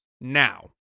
Now